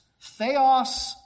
Theos